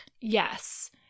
Yes